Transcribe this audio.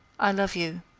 i love you.